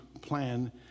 plan